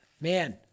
man